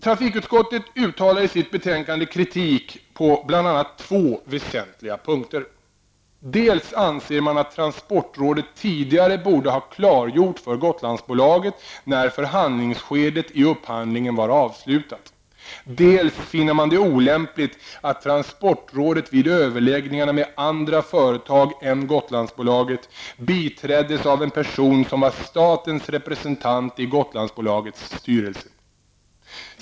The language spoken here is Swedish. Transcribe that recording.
Trafikutskottet uttalar i sitt betänkande kritik på bl.a. två väsentliga punkter. Dels anser man att transportrådet tidigare borde ha klargjort för Gotlandsbolaget när förhandlingsskedet i upphandlingen var avslutat, dels finner man det olämpligt att transportrådet vid överläggningarna med andra företag än Gotlandsbolaget biträddes av en person som var statens representant i Gotlandsbolagets styrelse.